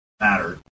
matter